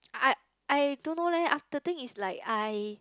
I I I don't know leh aft~ the thing is I